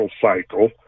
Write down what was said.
cycle